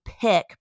pick